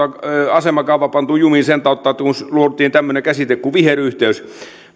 asemakaava pantu jumiin sen tautta että luotiin tämmöinen käsite kuin viheryhteys